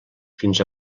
fins